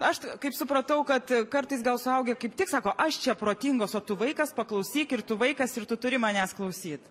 aš kaip supratau kad kartais gal suaugę kaip tik sako aš čia protingas o tu vaikas paklausyk ir tu vaikas ir tu turi manęs klausyt